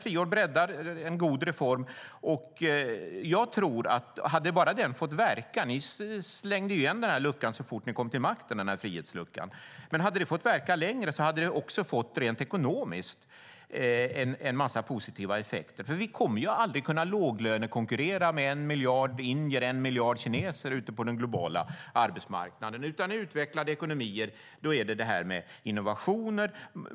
Friår breddar en god reform. Ni slängde igen den frihetsluckan så fort ni kom till makten, men om den bara hade fått verka längre hade den också rent ekonomiskt fått en massa positiva effekter. Vi kommer nämligen aldrig att kunna låglönekonkurrera med en miljard indier och en miljard kineser på den globala arbetsmarknaden. I utvecklade ekonomier gäller innovationer.